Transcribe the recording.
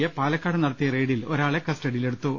A Palakkad നടത്തിയ റെയ്ഡിൽ ഒരാളെ കസ്റ്റഡിയിൽ എടുത്തു